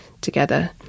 together